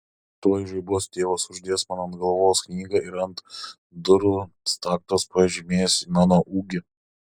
tuoj žaibuos tėvas uždės man ant galvos knygą ir ant durų staktos pažymės mano ūgį